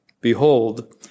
Behold